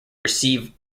receive